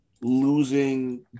losing